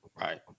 Right